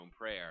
prayer